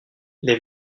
les